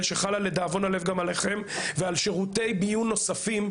שחלה לדאבון הלב גם עליכם ועל שירותי ביון נוספים,